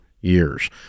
years